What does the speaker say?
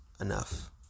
enough